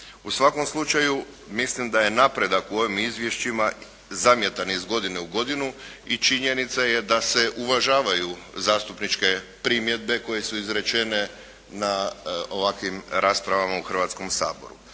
U svakom slučaju mislim da je napredak u ovim izvješćima zamjetan iz godine u godinu i činjenica je da se uvažavaju zastupničke primjedbe koje su izrečene na ovakvim raspravama u Hrvatskom saboru.